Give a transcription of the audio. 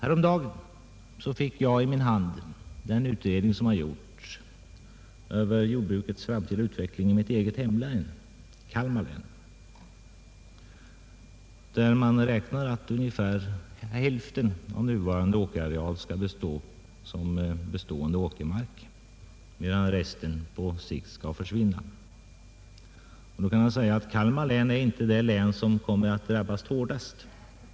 Häromdagen fick jag i min hand en utredning som gjorts över jordbrukets framtida utveckling i mitt eget hemlän, Kalmar län, där man räknar med att ungefär hälften av nuvarande åkerareal skall bestå som åkermark medan resten på sikt skall försvinna. Ändå kan man säga att Kalmar län inte är det län som drabbas hårdast.